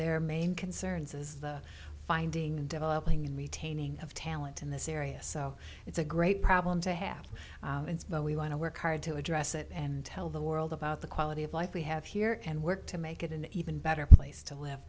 their main concerns is the finding and developing and retaining of talent in this area so it's a great problem to have and we want to work hard to address it and tell the world about the quality of life we have here and work to make it an even better place to live